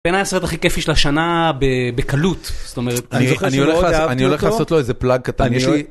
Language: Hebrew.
בין ה-10 הכי כיפי של השנה בקלות, זאת אומרת. אני הולך לעשות לו איזה פלאג קטן.